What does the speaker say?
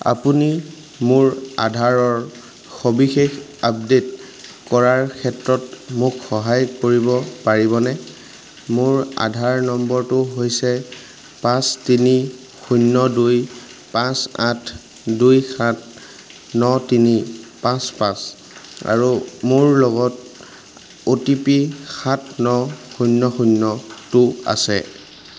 আপুনি মোৰ আধাৰৰ সবিশেষ আপডে'ট কৰাৰ ক্ষেত্ৰত মোক সহায় কৰিব পাৰিবনে মোৰ আধাৰ নম্বৰটো হৈছে পাঁচ তিনি শূন্য দুই পাঁচ আঠ দুই সাত ন তিনি পাঁচ পাঁচ আৰু মোৰ লগত অ' টি পি সাত ন শূন্য শূন্যটো আছে